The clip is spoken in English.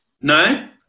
no